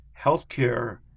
healthcare